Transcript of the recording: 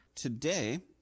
Today